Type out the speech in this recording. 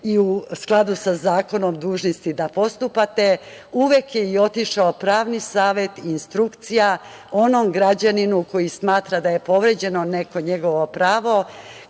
i u skladu sa zakonom dužni ste i da postupate, uvek je i otišao pravni savet i instrukcija onom građaninu koji smatra da je povređeno neko njegovo pravo